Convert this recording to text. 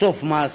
סוף מעשה.